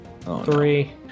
Three